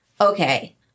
Okay